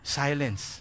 silence